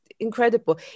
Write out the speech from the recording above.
incredible